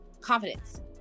confidence